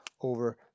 over